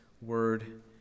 word